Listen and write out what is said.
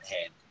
hand